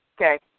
Okay